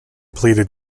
pleaded